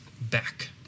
back